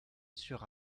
sur